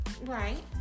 Right